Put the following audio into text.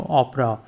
opera